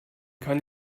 kann